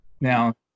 Now